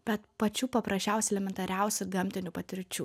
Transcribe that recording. bet pačių paprasčiausių elementariausių gamtinių patirčių